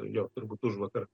jo turbūt užvakar